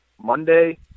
Monday